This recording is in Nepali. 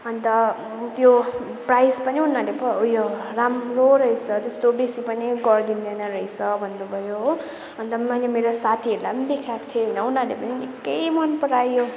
अन्त त्यो प्राइज पनि उनीहरूले उयो राम्रो रहेछ त्यस्तो बेसी पनि गर्दिँदैन रहेछ भन्नु भयो हो अन्त मैले मेरो साथीहरूलाई पनि देखाएको थिएँ होइन उनीहरूले पनि निक्कै मन परायो